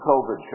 COVID